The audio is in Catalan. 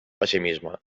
pessimisme